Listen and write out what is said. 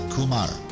Kumar